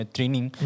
Training